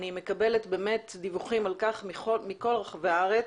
אני מקבלת דיווחים על כך מכל רחבי הארץ.